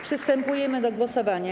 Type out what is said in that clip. Przystępujemy do głosowania.